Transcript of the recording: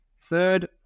Third